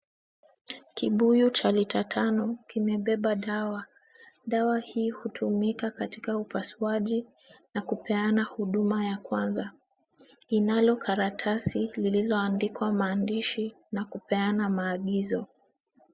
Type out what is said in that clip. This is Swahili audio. Kibuyu cha lita tano kimebeba dawa. Dawa hii hutumika katika upasuaji na kupeana huduma ya kwanza. Linalo karatasi lililoandikwa maandishi na kupeana maagizo.